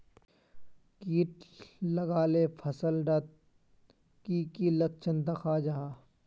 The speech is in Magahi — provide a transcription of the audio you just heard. किट लगाले फसल डात की की लक्षण दखा जहा?